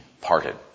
parted